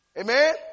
Amen